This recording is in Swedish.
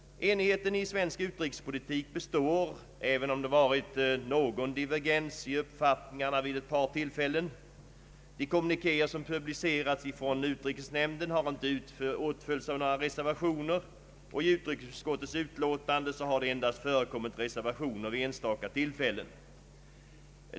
Enigheten i svensk utrikespolitik består, även om det varit någon divergens i uppfattningarna vid ett par tillfällen. De kommunikéer som publicerats från utrikesnämnden har inte åtföljts av några reservationer, och i utrikesutskottets utlåtanden har det endast förekommit reservationer vid enstaka tillfällen.